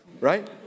right